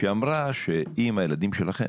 שאמרה שאם הילד שלהם,